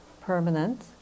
permanent